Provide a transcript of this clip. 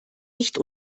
nicht